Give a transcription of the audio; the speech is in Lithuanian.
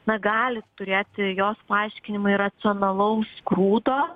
na gali turėti jos paaiškinimai racionalaus grūdo